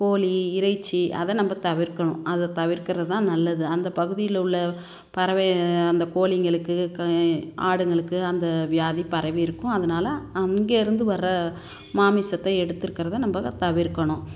கோழி இறைச்சி அதை நம்ம தவிர்க்கணும் அதை தவிர்கிறது தான் நல்லது அந்த பகுதியில் உள்ள பறவை அந்த கோழிங்களுக்கு ஆடுங்களுக்கு அந்த வியாதி பரவி இருக்கும் அதனால அங்கேருந்து வர்ற மாமிசத்தை எடுத்துருக்கிறத நம்ம தவிர்க்கணும்